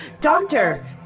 Doctor